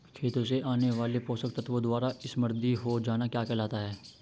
खेतों से आने वाले पोषक तत्वों द्वारा समृद्धि हो जाना क्या कहलाता है?